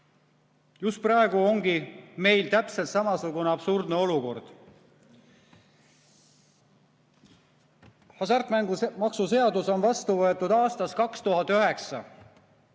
Just praegu ongi meil täpselt samasugune absurdne olukord. Hasartmängumaksu seadus on vastu võetud aastal 2009.